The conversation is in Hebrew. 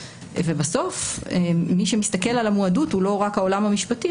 ובסוף מי שמתסכל על המועדות הוא לא רק העולם המשפטי,